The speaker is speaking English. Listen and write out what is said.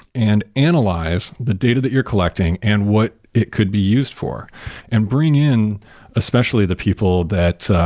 and analyze the data that you're collecting and what it could be used for and bring in especially the people that,